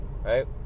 Right